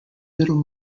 little